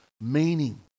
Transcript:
meaning